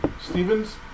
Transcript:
Stevens